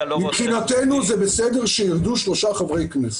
מבחינתנו זה בסדר שיירדו שלושה חברי כנסת.